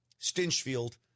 Stinchfield